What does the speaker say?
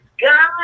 God